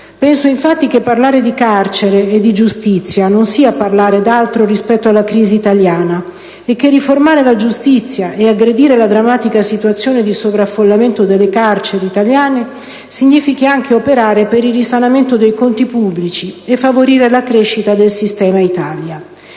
Penso infatti che parlare di carcere e di giustizia non sia parlare d'altro rispetto alla crisi italiana e che riformare la giustizia e aggredire la drammatica situazione di sovraffollamento delle carceri italiane significhi anche operare per il risanamento dei conti pubblici e favorire la crescita del sistema Italia.